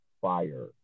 fire